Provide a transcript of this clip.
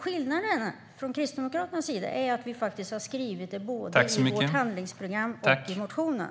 Skillnaden är att vi kristdemokrater har skrivit det både i vårt handlingsprogram och i motionen.